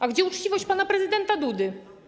A gdzie uczciwość pana prezydenta Dudy?